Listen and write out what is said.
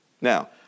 Now